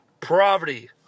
poverty